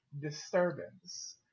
disturbance